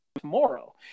tomorrow